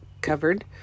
covered